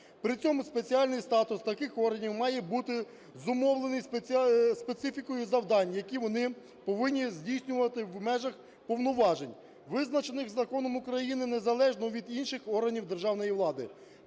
При цьому спеціальний статус таких органів має бути зумовлений специфікою завдань, які вони повинні здійснювати в межах повноважень, визначених законом України, незалежно від інших органів державної влади.